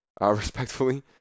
respectfully